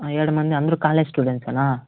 ఏడు మంది అందరు కాలేజ్ స్టూడెంట్సేనా